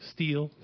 Steel